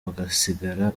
bagasigara